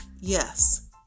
Yes